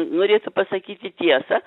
norėtų pasakyti tiesą